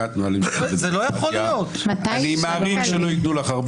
אני משוכנע שגם אם הכול היה כשיר,